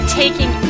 taking